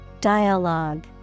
Dialogue